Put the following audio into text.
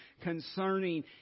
concerning